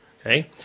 Okay